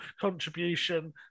contribution